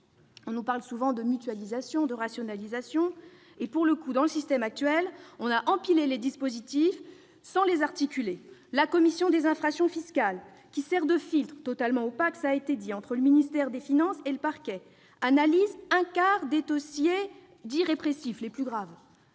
On nous parle souvent de mutualisation, de rationalisation. Pour le coup, dans le système actuel, on a empilé les dispositifs sans les articuler : la commission des infractions fiscales, qui, comme cela a été dit, sert de filtre totalement opaque entre le ministère des finances et le parquet, analyse un quart des dossiers dits « répressifs », autrement